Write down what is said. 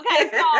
Okay